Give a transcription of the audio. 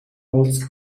уулзах